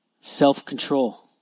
Self-control